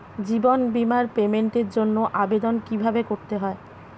জীবন বীমার পেমেন্টের জন্য আবেদন কিভাবে করতে হয়?